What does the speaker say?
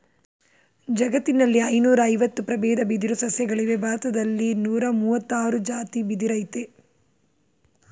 ಜಗತ್ತಿನಲ್ಲಿ ಐನೂರಐವತ್ತು ಪ್ರಬೇದ ಬಿದಿರು ಸಸ್ಯಗಳಿವೆ ಭಾರತ್ದಲ್ಲಿ ನೂರಮುವತ್ತಾರ್ ಜಾತಿ ಬಿದಿರಯ್ತೆ